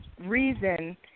reason